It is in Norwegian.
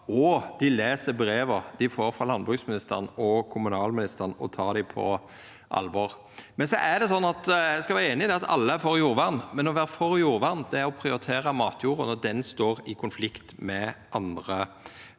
Dei les breva dei får frå landbruksministeren og kommunalministeren, og tek dei på alvor. Eg skal vera einig i at alle er for jordvern, men å vera for jordvern er å prioritera matjorda når ho står i konflikt med andre